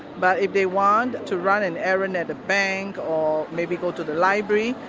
but if they want to run an errand at a bank, or maybe go to the library,